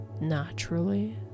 naturally